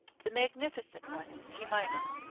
the magnificent one in c minor.